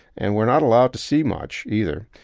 and we're not allowed to see much either.